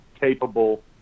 capable